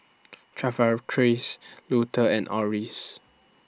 Luther and Orris